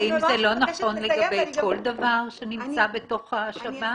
האם זה לא נכון לגבי כל דבר שנמצא בתוך השב"ן?